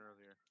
earlier